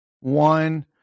one